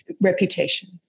reputation